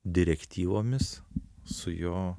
direktyvomis su jo